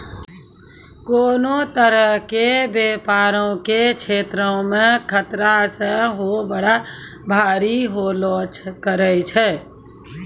कोनो तरहो के व्यपारो के क्षेत्रो मे खतरा सेहो बड़ा भारी होलो करै छै